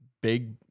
big